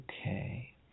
Okay